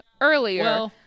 earlier